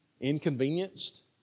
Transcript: inconvenienced